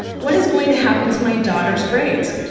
what is going to happen to my daughter's grades?